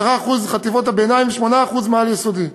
10% מחטיבות הביניים ו-8% מהעל-יסודי.